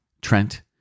Trent